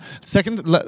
Second